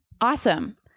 Awesome